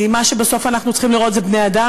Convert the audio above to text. מה שבסוף אנחנו צריכים לראות זה בני-אדם.